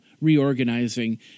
reorganizing